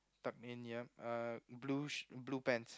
tucked in yup uh blue sh~ blue pants